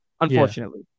Unfortunately